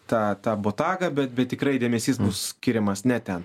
tą tą botagą bet bet tikrai dėmesys skiriamas ne ten